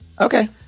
okay